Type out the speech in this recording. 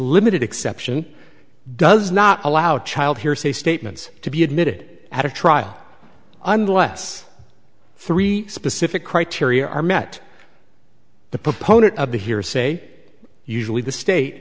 limited exception does not allow child hearsay statements to be admitted at a trial unless three specific criteria are met the proponent of the hearsay usually the state